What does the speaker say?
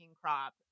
crop